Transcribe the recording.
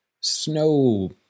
Snow